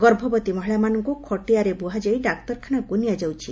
ଗଭବତୀ ମହିଳାମାନଙ୍କୁ ଖଟିଆରେ ବୁହାଯାଇ ଡାକ୍ତରଖାନାକୁ ନିଆଯାଉଛି